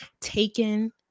taken